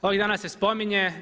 Ovih dana se spominje.